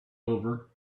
over